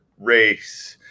race